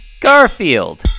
Garfield